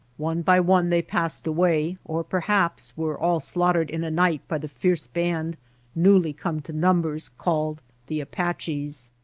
one by one they passed away, or perhaps were all slaughtered in a night by the fierce band newly come to numbers called the apaches.